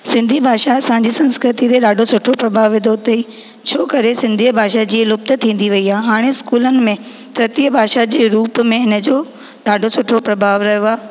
सिंधी भाषा असांजी संस्कृति ते ॾाढो सुठो प्रभाव विधो अथईं छो करे सिंधीअ भाषा जीअं लुप्तु थींदी वई आहे हाणे स्कूलनि में भाषा जे रूप में हिन जो ॾाढो सुठो प्रभाव रहियो आहे